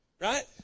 Right